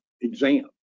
exam